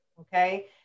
okay